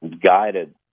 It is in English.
guided